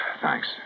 Thanks